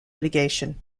litigation